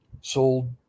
sold